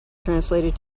translated